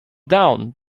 down